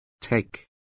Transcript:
Take